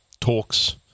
talks